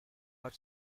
are